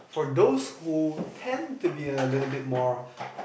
for those who tend to be a little bit more